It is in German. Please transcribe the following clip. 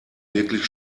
wirklich